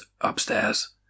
upstairs